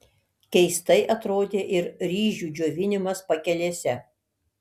keistai atrodė ir ryžių džiovinimas pakelėse